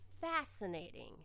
fascinating